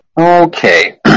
Okay